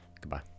Goodbye